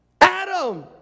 Adam